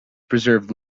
preserve